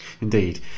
Indeed